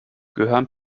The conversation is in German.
gehören